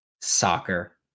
soccer